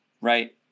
right